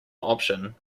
option